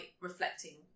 reflecting